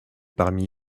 parmi